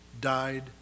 died